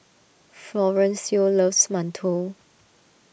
Florencio loves Mantou